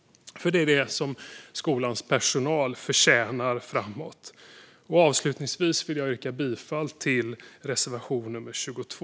Det är det som skolans personal förtjänar framåt. Avslutningsvis vill jag yrka bifall till reservation nummer 22.